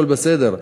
הכול בסדר.